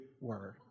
word